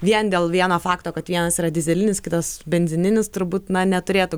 vien dėl vieno fakto kad vienas yra dyzelinis kitas benzininis turbūt na neturėtų